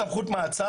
מה הסמכויות שלהם?